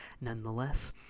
Nonetheless